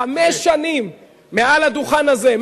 חמש שנים מעל הדוכן הזה,